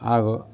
ಹಾಗೂ